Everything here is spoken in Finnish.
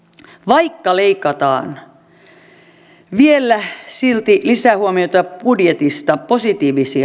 vaikka leikataan vielä silti lisähuomioita budjetista positiivisia